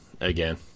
again